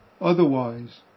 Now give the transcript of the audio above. Otherwise